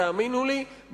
תאמינו לי,